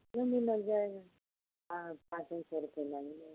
इसमें भी लग जाएगा हाँ पाँच छः सौ रुपये लग ही जाएंगे